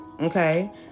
okay